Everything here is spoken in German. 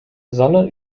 sondern